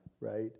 right